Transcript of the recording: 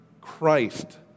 Christ